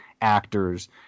actors